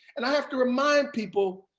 and i have to remind people,